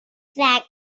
that